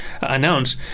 announce